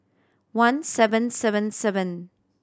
one seven seven seven